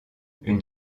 une